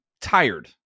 tired